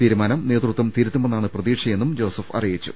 തീരുമാനം നേതൃത്വം തിരുത്തുമെന്നാണ് പ്രതീക്ഷയെന്നും ജോസഫ് അറിയിച്ചു